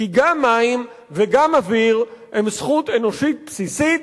כי גם מים וגם אוויר הם זכות אנושית בסיסית,